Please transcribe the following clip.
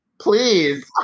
please